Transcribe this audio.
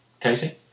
Casey